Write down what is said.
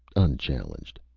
unchallenged.